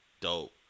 dope